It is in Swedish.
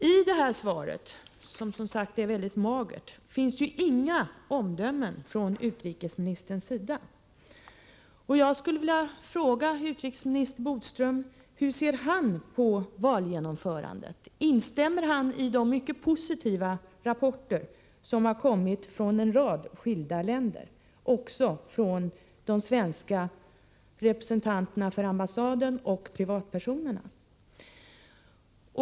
I detta svar, som är väldigt magert, finns inga omdömen från utrikesministern. Jag skulle därför vilja fråga: Hur ser utrikesminister Bodström på valgenomförandet? Instämmer han i de mycket positiva rapporter som har kommit från en rad skilda länder och även från de svenska representanterna från ambassaden och privatpersonerna?